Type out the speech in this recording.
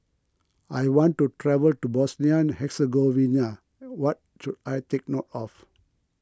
I want to travel to Bosnia Herzegovina what should I take note of